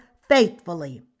faithfully